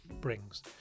Brings